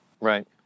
Right